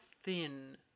thin